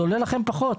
זה עולה לכם פחות.